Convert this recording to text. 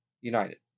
United